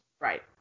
Right